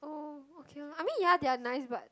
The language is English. oh okay orh ya I mean ya they are nice but